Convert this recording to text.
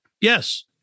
Yes